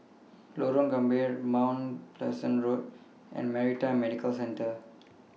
Lorong Gambir Mount Pleasant Road and Maritime Medical Centre